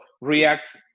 React